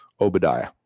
Obadiah